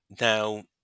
Now